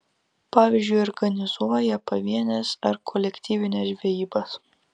pavyzdžiui organizuoja pavienes ar kolektyvines žvejybas